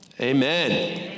Amen